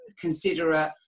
considerate